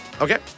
Okay